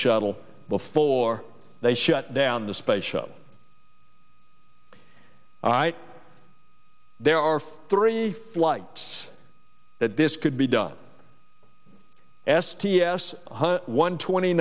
shuttle before they shut down on the space shuttle there are three flights that this could be done s t s one twenty